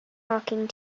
talking